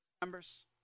Members